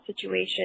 situation